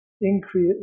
increase